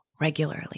regularly